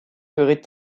seraient